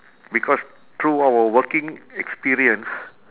because through our working experience